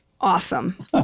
awesome